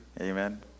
Amen